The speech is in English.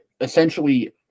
essentially –